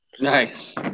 Nice